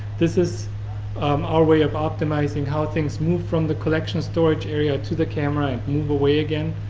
this is our way of optimizing how things move from the collection storage area to the camera and move away again.